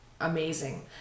amazing